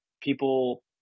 people